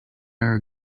are